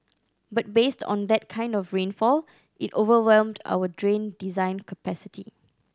but based on that kind of rainfall it overwhelmed our drain design capacity